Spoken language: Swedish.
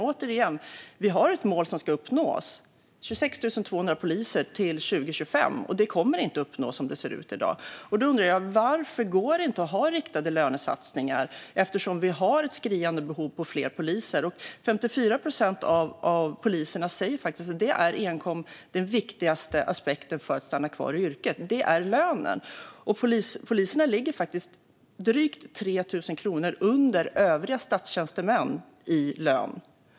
Återigen: Vi har ett mål som ska uppnås - 26 200 poliser till 2025. Det kommer inte att uppnås som det ser ut i dag. Då undrar jag varför det inte går att ha riktade lönesatsningar. Vi har ett skriande behov av fler poliser. 54 procent av poliserna säger att lönen är den viktigaste aspekten för att stanna kvar i yrket. Poliserna ligger faktiskt drygt 3 000 kronor under övriga statstjänstemän i lön.